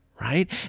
right